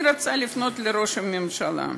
אני רוצה לפנות לראש הממשלה.